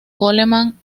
coleman